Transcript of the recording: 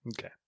okay